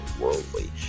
worldly